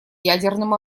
ядерным